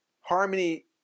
Harmony